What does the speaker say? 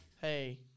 hey